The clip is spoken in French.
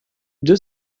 deux